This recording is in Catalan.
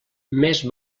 més